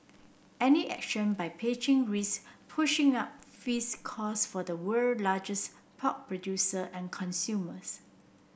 any action by Beijing risks pushing up feeds costs for the world largest pork producer and consumers